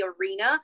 arena